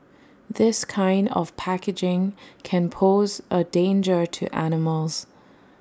this kind of packaging can pose A danger to animals